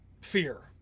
fear